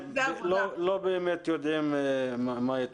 לא באמת יודעים מה יתרחש.